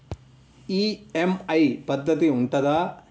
EMI పద్ధతి ఉంటదా?